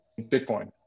Bitcoin